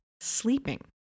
sleeping